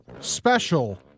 special